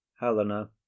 Helena